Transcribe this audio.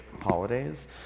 holidays